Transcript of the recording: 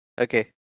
okay